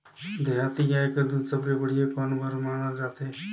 देहाती गाय कर दूध सबले बढ़िया कौन बर मानल जाथे?